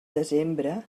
desembre